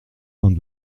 vingt